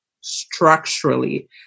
structurally